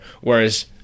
Whereas